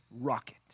rocket